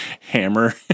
hammer